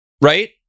right